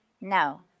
No